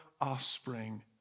offspring